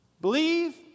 Believe